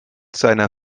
seiner